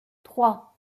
trois